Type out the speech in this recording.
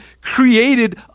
created